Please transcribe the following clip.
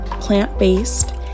plant-based